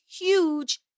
huge